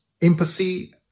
empathy